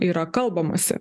yra kalbamasi